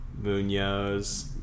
Munoz